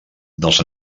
dels